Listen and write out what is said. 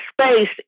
space